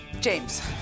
James